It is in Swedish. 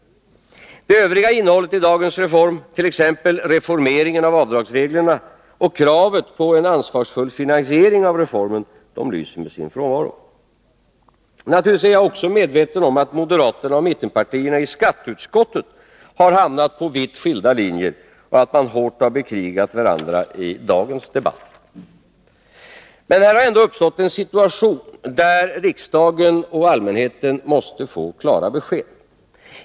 Det övriga innehållet i dagens reform, t. éx. reformeringen av avdragsreglerna och kravet på en ansvarsfull finansiering, lyser med sin frånvaro. Naturligtvis är jag medveten om att moderaterna och mittenpartierna i skatteutskottet hamnat på vitt skilda linjer, och att man hårt bekrigar varandra i dagens debatt. Men här har ändå uppstått en situation där riksdagen och allmänheten måste få klara besked.